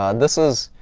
um this is